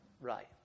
Right